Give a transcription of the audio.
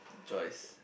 Joyce